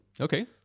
Okay